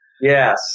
Yes